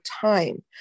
time